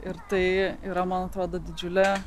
ir tai yra man atrodo didžiule